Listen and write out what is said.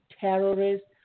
terrorists